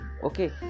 Okay